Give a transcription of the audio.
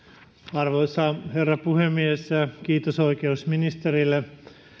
arvoisa herra puhemies kiitos oikeusministerille